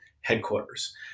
headquarters